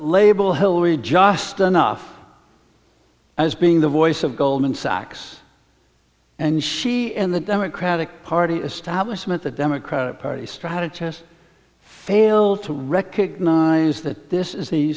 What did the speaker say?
label hillary just enough as being the voice of goldman sachs and she and the democratic party establishment the democratic party strategists fail to recognize that this is